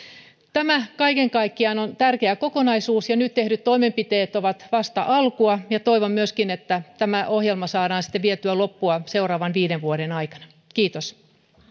tämä kaiken kaikkiaan on tärkeä kokonaisuus ja nyt tehdyt toimenpiteet ovat vasta alkua ja toivon myöskin että tämä ohjelma saadaan sitten vietyä loppuun seuraavan viiden vuoden aikana kiitos